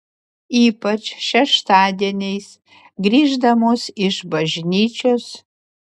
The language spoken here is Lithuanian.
ypač šeštadieniais grįždamos iš bažnyčios